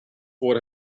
voor